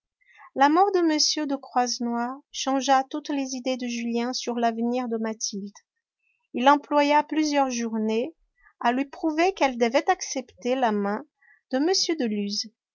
la mort de m de croisenois changea toutes les idées de julien sur l'avenir de mathilde il employa plusieurs journées à lui prouver qu'elle devait accepter la main de m de luz